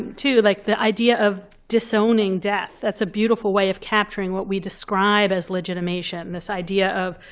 too, like the idea of disowning death. that's a beautiful way of capturing what we describe as legitimation, and this idea of